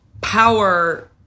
power